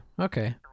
Okay